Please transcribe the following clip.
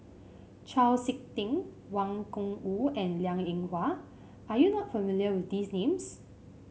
Chau SiK Ting Wang Gungwu and Liang Eng Hwa are you not familiar with these names